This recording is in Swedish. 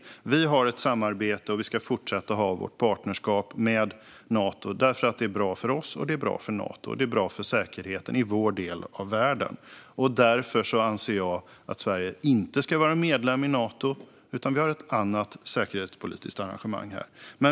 Sverige har ett samarbete, och vi ska fortsätta att ha vårt partnerskap med Nato eftersom det är bra för oss, för Nato och för säkerheten i vår del av världen. Sverige ska inte vara medlem i Nato, utan vi har ett annat säkerhetspolitiskt arrangemang.